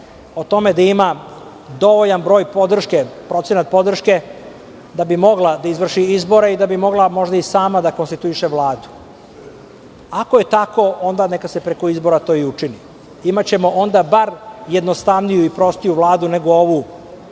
o tome da ima dovoljan broj procenta podrške da bi mogla da izvrši izbore i da bi mogla možda i sama da konstituiše Vladu. Ako je tako, onda neka se preko izbora to i učini. Imaćemo onda bar jednostavniju i prostiju Vladu nego ovu